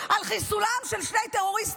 על חיסולם של שני טרוריסטים.